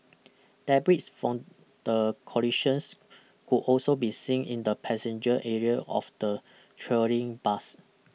debris from the collisions could also be seen in the passenger area of the trailing bus